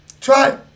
try